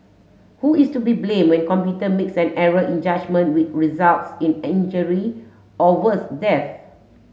who is to be blamed when computer makes an error in judgement which results in injury or worse death